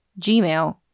gmail